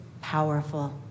powerful